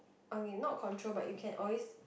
on in not control but you can always